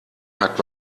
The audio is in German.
hat